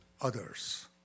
others